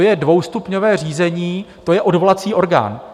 To je dvoustupňové řízení, to je odvolací orgán.